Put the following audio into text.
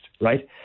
Right